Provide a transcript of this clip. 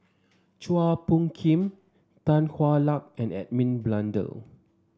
Chua Phung Kim Tan Hwa Luck and Edmund Blundell